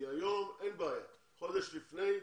היום אין בעיה וחודש לפני,